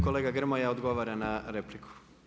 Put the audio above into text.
Kolega Grmoja odgovara na repliku.